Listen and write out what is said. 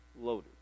loaded